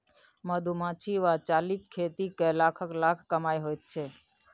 मधुमाछी वा चालीक खेती कए लाखक लाख कमाई होइत छै